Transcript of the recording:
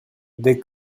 the